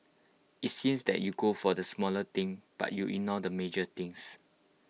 IT seems that you go for the smaller thing but you ignore the major things